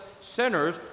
sinners